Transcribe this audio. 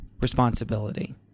responsibility